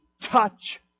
touch